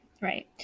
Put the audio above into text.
right